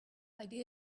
idea